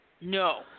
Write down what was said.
No